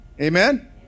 Amen